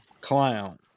Clown